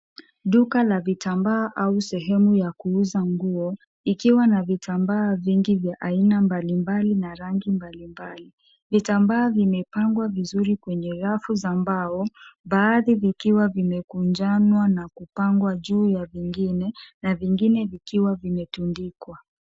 Duka la vitambaa au sehemu ya kuuza nguo, ikiwa na vitambaa mingi vya aina mbali mbali na rangi mbali mbali. Vitambaa vimepangwa vizuri kwenye rafu za mbao, baadhi vikiwa vimekunjanwa na kupangwa juu ya vingine na vingine vikiwa vimetundikwa.